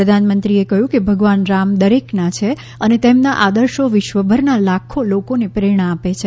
પ્રધાનેમંત્રીએ કહ્યું કે ભગવાન રામ દરેકના છે અને તેમના આદર્શો વિશ્વભરના લાખો લોકોને પ્રેરણા આપે છે